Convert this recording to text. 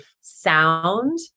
sound